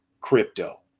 crypto